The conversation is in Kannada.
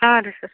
ಹಾಂ ರೀ ಸ